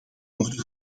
worden